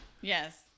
yes